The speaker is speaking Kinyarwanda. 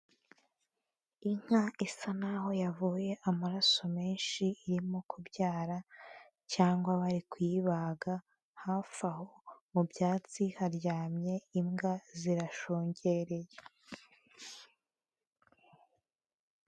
Inka isa naho yavuye amaraso menshi irimo kubyara cyangwa bari kuyibaga, hafi aho mu byatsi haryamye imbwa, zirashungereye.